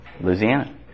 Louisiana